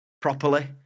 properly